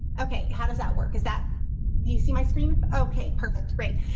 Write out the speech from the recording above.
okay, how does that work is that you see my screen? okay. perfect. great.